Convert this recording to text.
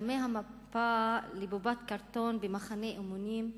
תדמה המפה לבובת קרטון במחנה אימונים לירי,